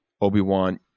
Obi-Wan